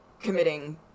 committing